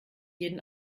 jeden